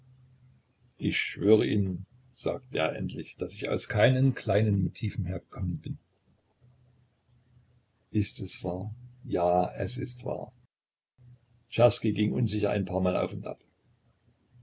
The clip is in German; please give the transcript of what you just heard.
ich schwöre ihnen sagte er endlich daß ich aus keinen kleinen motiven hergekommen bin ist es wahr ja es ist wahr czerski ging unsicher ein paar mal auf und ab